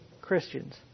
Christians